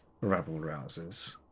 rabble-rousers